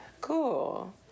cool